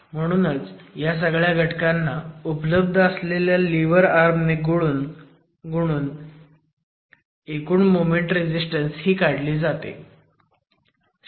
आणि म्हणूनच ह्या सगळ्या घटकांना उपलब्ध असलेल्या लिव्हर आर्म ने गुणून एकूण मोमेंट रेझीस्टन्स ही काढली जाते